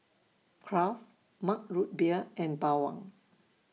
Kraft Mug Root Beer and Bawang